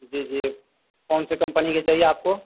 جی جی کون سی کمپنی کی چاہیے آپ کو